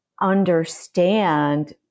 understand